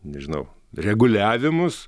nežinau reguliavimus